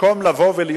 במקום להיות גלוי,